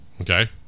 okay